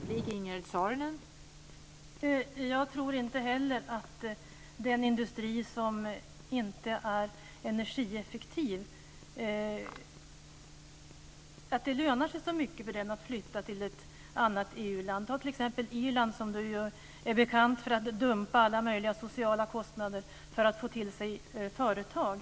Fru talman! Jag tror inte heller att det lönar sig så mycket för den industri som inte är energieffektiv att flytta till ett annat EU-land. Ta t.ex. Irland, som ju är bekant för att dumpa alla möjliga sociala kostnader för att få dit företag.